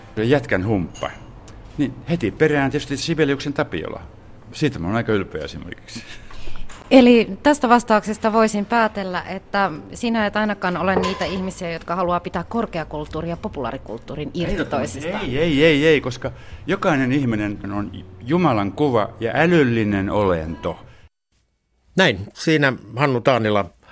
jätkän humppa, niin heti perään tietysti Sibeliuksen Tapiola. Siitä mä oon aika ylpeä esimerkiksi. Eli tästä vastauksesta voisin päätellä, että sinä et ainakaan ole niitä ihmisiä, jotka haluaa pitää korkeakulttuurin ja populaarikulttuurin irti Ehdottomasti. toisistaan. Ei, ei, ei, ei, koska jokainen ihminen on Jumalan kuva ja älyllinen olento. Näin. Siinä Hannu Taanila.